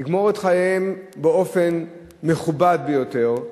לגמור את חייהם באופן מכובד ביותר,